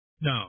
No